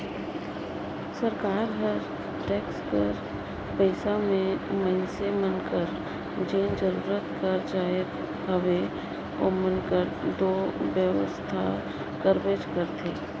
सरकार हर टेक्स कर पइसा में मइनसे मन कर जेन जरूरत कर जाएत हवे ओमन कर दो बेवसथा करबेच करथे